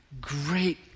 great